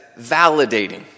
validating